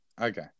Okay